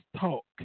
talk